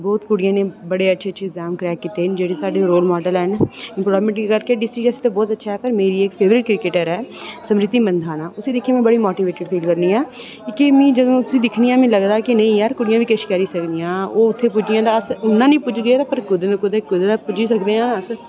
बहुत कुड़ियें बडे़ अच्छे अच्छे इग्जाम क्रैक कीते दे न जेह्ड़े साढे़ रोल माडल हैन डिस्ट्रक रियासी बहुत अच्छा ऐ जेह्ड़ी इक क्रिकेटर ऐ समृति मंदाना उसी दिक्खियै में बड़ी मोटिवेटिड़ होन्ना आं कि में जदूं उसी दिक्खनी आं कि कुड़िया बी किश करी सकदियां न ओह् उत्थै पुज्जियै न उत्थै नेईं पुज्जगे कुतै ते पुज्जी सकने आं अस